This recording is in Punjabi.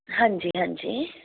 ਹਾਂਜੀ ਹਾਂਜੀ